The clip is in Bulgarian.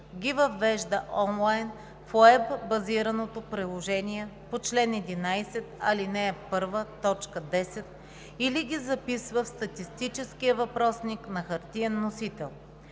ги въвежда онлайн в уеб-базираното приложение по чл. 11, ал. 1, т. 10 или ги записва в статистическия въпросник на хартиен носител.